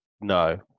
No